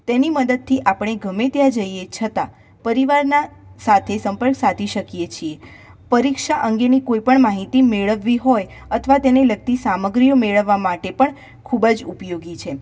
તેની મદદથી આપણે ગમે ત્યાં જઈએ છતાં પરિવારના સાથે સંપર્ક સાધી શકીએ છે પરીક્ષા અંગેની કોઈ પણ માહિતી મેળવવી હોય અથવા તેને લગતી સામગ્રીઓ મેળવવા માટે પણ ખૂબ ઉપયોગી છે